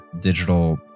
digital